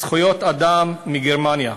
זכויות אדם מגרמניה.